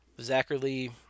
Zachary